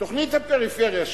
תוכנית הפריפריה שלנו,